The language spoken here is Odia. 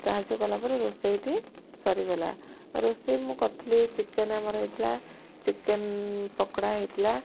ସାହାଯ୍ୟ କଲା ପରେ ରୋଷେଇଟି ସରିଗଲା ରୋଷେଇ ମୁଁ କରିଥିଲି ଚିକେନ୍ ଆମର ହେଇଥଲା ଚିକେନ୍ ପକୋଡ଼ା ହେଇଥିଲା